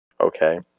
okay